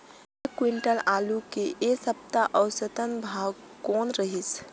एक क्विंटल आलू के ऐ सप्ता औसतन भाव कौन रहिस?